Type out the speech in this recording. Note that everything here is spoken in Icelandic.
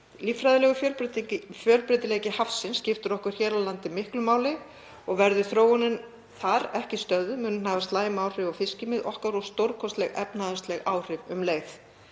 Líffræðilegur fjölbreytileiki hafsins skiptir okkur hér á landi miklu máli og verði þróunin þar ekki stöðvuð mun hafa hún slæm áhrif á fiskimið okkar og stórkostleg efnahagsleg áhrif um leið.